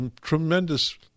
tremendous